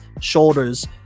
shoulders